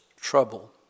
trouble